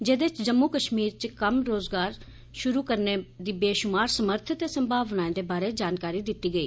जेदे च जम्मू कष्मीर च कम्म कारोबार षुरु करने दी बेषुमार समथ ते संभावनाएं दे बारै च जानकारी दिती गेई